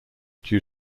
due